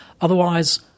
Otherwise